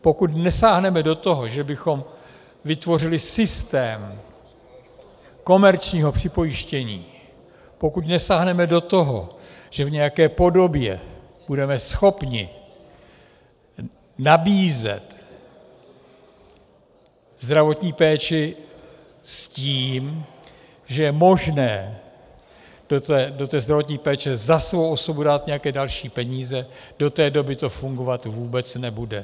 Pokud nesáhneme do toho, že bychom vytvořili systém komerčního připojištění, pokud nesáhneme do toho, že v nějaké podobě budeme schopni nabízet zdravotní péči s tím, že je možné do té zdravotní péče za svou osobu dát nějaké další peníze, do té doby to fungovat vůbec nebude.